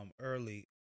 early